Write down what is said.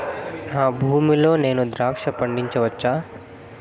నా భూమి లో నేను ద్రాక్ష పండించవచ్చా?